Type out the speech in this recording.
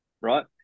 right